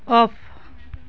of